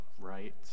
right